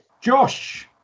Josh